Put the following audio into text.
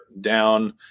down